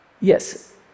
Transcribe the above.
yes